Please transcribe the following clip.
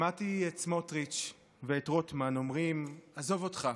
שמעתי את סמוטריץ' ואת רוטמן אומרים: עזוב אותך,